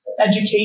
education